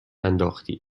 انداختی